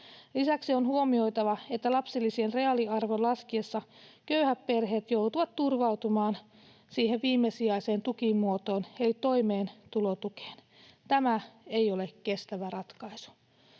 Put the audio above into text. Lisäksi on huomioitava, että lapsilisien reaaliarvon laskiessa köyhät perheet joutuvat turvautumaan siihen viimesijaiseen tukimuotoon eli toimeentulotukeen. Tämä ei ole kestävä ratkaisu.